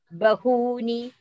Bahuni